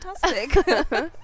Fantastic